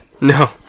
No